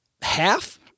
half